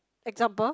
example